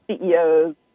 CEOs